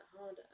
harder